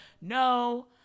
no